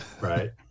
right